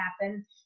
happen